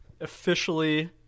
Officially